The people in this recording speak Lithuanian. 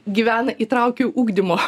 gyvena įtraukių ugdymo